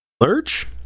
Lurch